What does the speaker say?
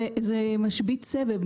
זה משבית סבב.